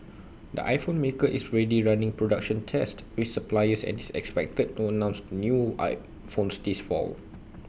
the iPhone maker is ready running production tests with suppliers and is expected to announce the new I phones this fall